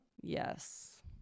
Yes